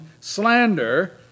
slander